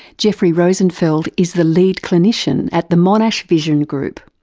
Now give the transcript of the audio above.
jeffrey rosenfeld is the lead clinician at the monash vision group.